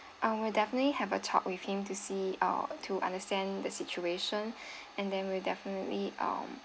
uh we'll definitely have a talk with him to see uh to understand the situation and then we'll definitely um